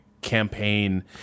campaign